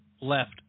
left